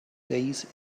days